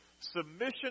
Submission